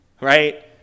right